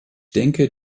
denke